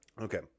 Okay